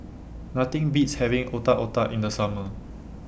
Nothing Beats having Otak Otak in The Summer